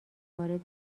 وارد